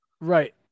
Right